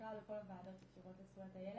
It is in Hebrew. ובכלל בכל הוועדות השונות לזכויות הילד.